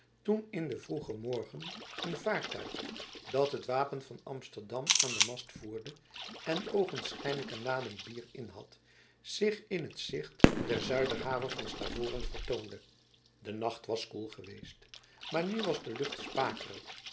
toen in den vroegen morgen een vaartuig dat het wapen van amsterdam aan den mast voerde en oogenschijnlijk een lading bier in had zich in t gezicht der zuiderhaven van stavoren vertoonde de nacht was koel geweest maar nu was de lucht spakerig